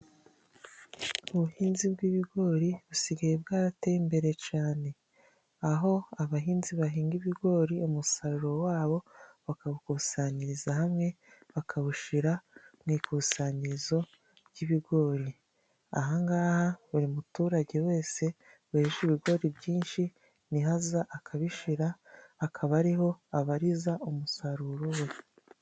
Ubuhinzi bw'ibigori busigaye bwarateye imbere cane, aho abahinzi bahinga ibigori umusaruro wabo bakawukusanyiriza hamwe bakawushira mu ikusanyirizo ry'ibigori ,aha ngaha buri muturage wese wejeje ibigori byinshi niho aza akabishira, akaba ariho abariza umusaruro we.